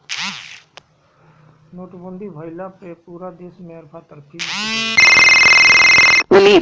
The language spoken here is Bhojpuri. नोटबंदी भइला पअ पूरा देस में अफरा तफरी मच गईल